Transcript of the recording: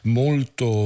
molto